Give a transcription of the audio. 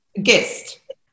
Guest